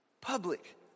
Public